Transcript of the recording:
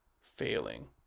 failing